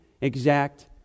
exact